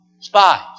spies